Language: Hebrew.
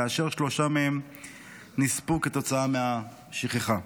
כאשר שלושה מהם נספו כתוצאה מהשכחה.